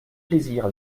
plaisir